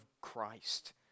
Christ